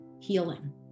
healing